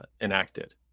enacted